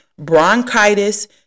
bronchitis